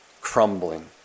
crumbling